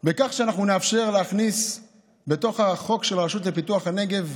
בכך שאנחנו נאפשר להכניס לחוק של הרשות לפיתוח הנגב,